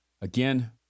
Again